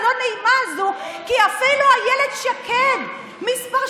דבר פשוט שאתם יכולים לעשות הוא לפנות לאילת שקד באחוות